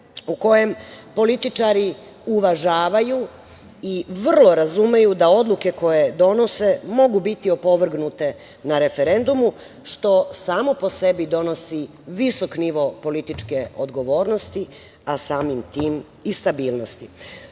u kojem političari uvažavaju i vrlo razumeju da odluke koje donose mogu biti opovrgnute na referendumu, što samo po sebi donosi visok nivo političke odgovornosti, a samim tim i stabilnosti. Švajcarci